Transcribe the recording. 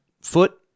foot